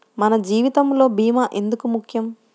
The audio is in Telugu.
మన జీవితములో భీమా ఎందుకు ముఖ్యం?